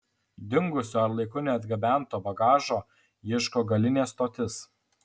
dingusio ar laiku neatgabento bagažo ieško galinė stotis